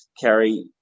carry